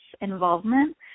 involvement